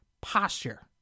posture